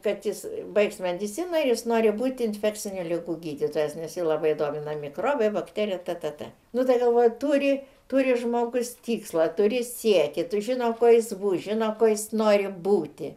kad jis baigs mediciną ir jis nori būti infekcinių ligų gydytojas nes jį labai domina mikrobai bakterija tada nu tai galva turi turi žmogus tikslą turi siekį tu žino ko jis žino kuo jis nori būti